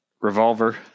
Revolver